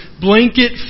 blanket